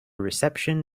reception